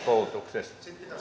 koulutuksessa